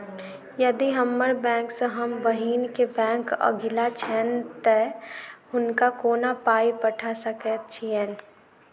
यदि हम्मर बैंक सँ हम बहिन केँ बैंक अगिला छैन तऽ हुनका कोना पाई पठा सकैत छीयैन?